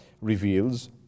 reveals